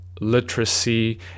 literacy